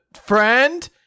friend